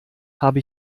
habe